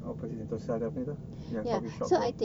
opposite sentosa tu apa tu yang coffee shop tu